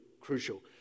crucial